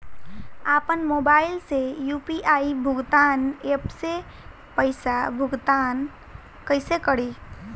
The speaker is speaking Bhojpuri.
आपन मोबाइल से यू.पी.आई भुगतान ऐपसे पईसा भुगतान कइसे करि?